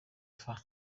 far